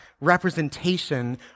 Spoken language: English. representation